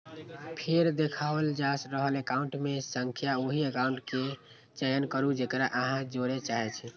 फेर देखाओल जा रहल एकाउंट मे सं ओहि एकाउंट केर चयन करू, जेकरा अहां जोड़य चाहै छी